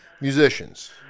musicians